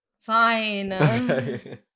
Fine